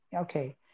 okay